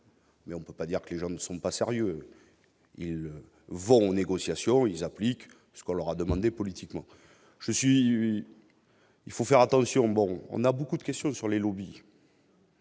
Mais on peut pas dire que les gens ne sont pas sérieux, ils vont négociations ils appliquent ce qu'on leur a demandé politiquement. Je suis. Il faut faire attention, bon, on a beaucoup de questions sur les lobbies.